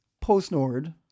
post-Nord